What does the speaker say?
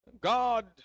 God